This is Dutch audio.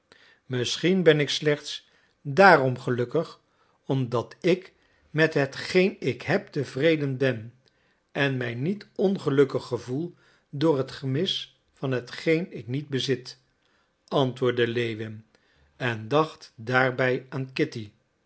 misschien ben ik slechts daarom gelukkig omdat ik met hetgeen ik heb tevreden ben en mij niet ongelukkig gevoel door het gemis van hetgeen ik niet bezit antwoordde lewin en dacht daarbij aan kitty